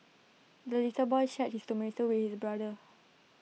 the little boy shared his tomato with brother